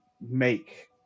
make